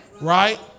Right